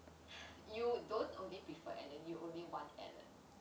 you don't only prefer alan you only want alan